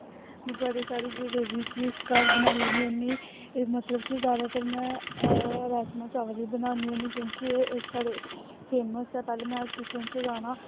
में बड़ी सारी ग्रेवी चीज घर बनाई लैन्नी होन्नी ते मतलब कि जादातर में राजमांह् चावल ही बनान्नी होन्नी क्योंकि एह् साढ़े फेमस ऐ पैह्लें में किचन च जाना